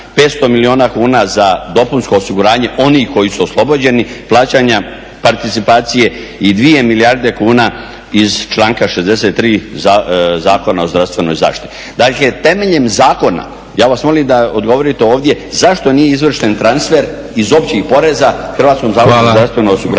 500 milijuna kuna za dopunsko osiguranje onih koji su oslobođeni plaćanja participacije i 2 milijarde kuna iz članka 63. Zakona o zdravstvenoj zaštiti. Dakle temeljem zakona ja vas molim da odgovorite ovdje zašto nije izvršen transfer iz općih poreza HZZO-u … /Govornik se ne